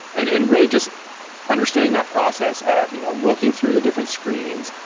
and and really, just understanding that process of you know looking through the different screens,